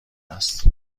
است